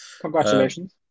Congratulations